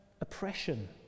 oppression